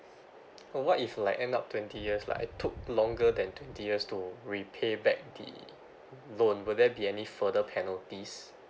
what if like end up twenty years like I took longer than twenty years to repay back the loan will there be any further penalties